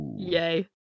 Yay